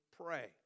pray